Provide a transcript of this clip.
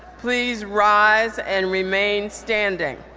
please rise and remain standing.